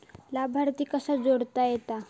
लाभार्थी कसा जोडता येता?